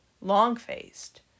long-faced